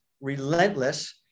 relentless